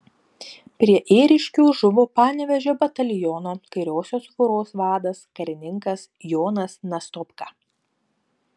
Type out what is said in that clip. prie ėriškių žuvo panevėžio bataliono kairiosios voros vadas karininkas jonas nastopka